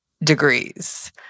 Degrees